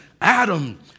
Adam